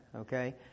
Okay